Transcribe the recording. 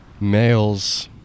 males